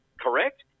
correct